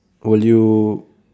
will you